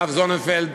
הרב זוננפלד,